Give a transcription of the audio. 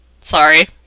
sorry